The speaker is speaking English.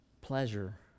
pleasure